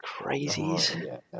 crazies